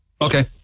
Okay